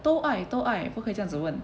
都爱都爱不可以这样子问